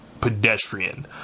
pedestrian